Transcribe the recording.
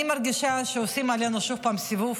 אני מרגישה שעושים עלינו שוב פעם סיבוב.